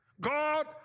God